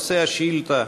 נושא השאילתה: